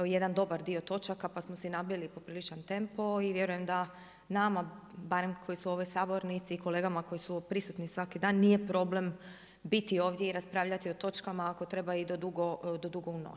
jedan dobar dio točaka, pa smo si i nabili popriličan tempo i vjerujem da nama, barem koji su u ovoj sabornici i kolegama koji su prisutni svaki dan, nije problem biti ovdje i raspravljati o točkama, ako treba i do dugo u noć.